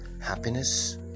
Happiness